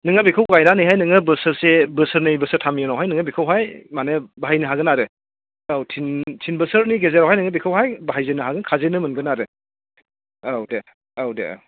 नोंङो बेखौ गायनानैहाय नोङो बोसोरसे बोसोरनै बोसोरथामनि उनावहाय नोङो बेखौहाय माने बाहायनो हागोन आरो औ थिन बोसोरनि गेजेरावहाय नोङो बेखौहाय बाहायजेन्नो हागोन खाजेन्नो मोनगोन आरो औ दे औ दे औ